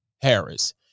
Harris